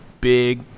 big